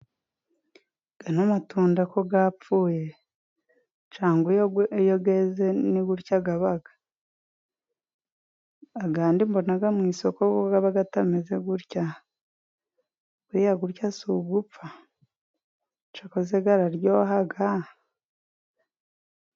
Aya matunda ko yapfuye? Cyangwa iyo yeze ni gutya aba? Andi mbona mu isoko ko aba atameze gutya ?Buriya si ugupfa? Cyakoze araryoha.